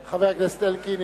כבוד חבר הכנסת אלקין,